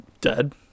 dead